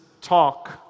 talk